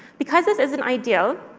because this isn't ideal,